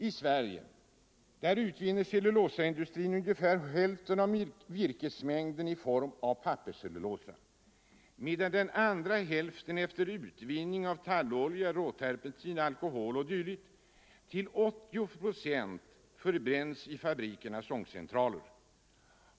I Sverige utvinner cellulosaindustrin ungefär hälften av virkesmängden i form av papperscellulosa medan den andra hälften efter utvinning av tallolja, råterpentin, alkohol o. d. till 80 procent förbränns i fabrikernas ångcentraler.